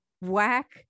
whack